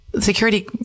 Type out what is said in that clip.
security